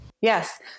Yes